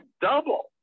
double